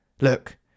Look